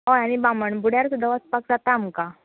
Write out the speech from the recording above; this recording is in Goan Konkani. हय आनी बामणबुड्यार सुद्दा वचपाक जाता आमकां